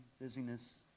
busyness